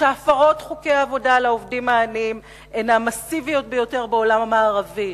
שהפרות חוקי העבודה לעובדים העניים הן המסיביות ביותר בעולם המערבי.